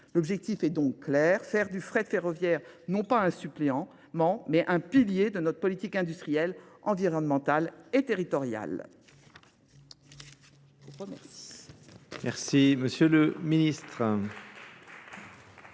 L'objectif est donc clair, faire du frais de ferroviaire, non pas un supplément, mais un pilier de notre politique industrielle, environnementale et territoriale.